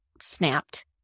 snapped